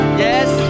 yes